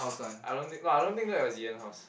I don't think but I don't think that was Ian's house